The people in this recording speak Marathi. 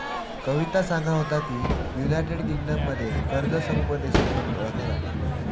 कविता सांगा होता की, युनायटेड किंगडममध्ये कर्ज समुपदेशन म्हणून ओळखला जाता